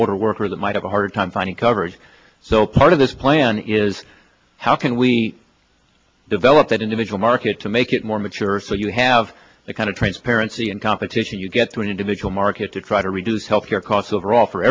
older workers might have a hard time finding coverage so part of this plan is how can we develop that individual market to make it more mature so you have the kind of transparency and competition you get to an individual market to try to reduce health care costs overall for